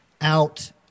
out